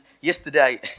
yesterday